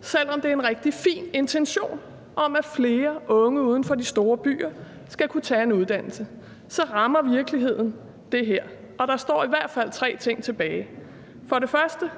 Selv om det er en rigtig fin intention, at flere unge uden for de store byer skal kunne tage en uddannelse, så rammer virkeligheden det her. Der står i hvert fald tre ting tilbage. Det er for det første,